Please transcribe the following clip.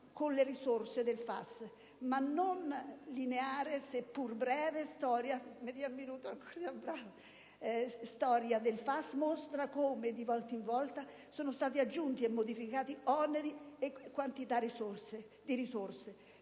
con le risorse del FAS. La non lineare, seppur breve, storia del FAS mostra come di volta in volta sono stati aggiunti o modificati oneri e quantità di risorse.